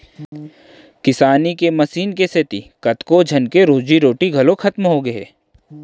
किसानी के मसीन के सेती कतको झन के रोजी रोटी घलौ खतम होगे हावय